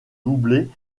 doublés